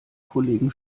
kollegen